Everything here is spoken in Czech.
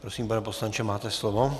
Prosím, pane poslanče, máte slovo.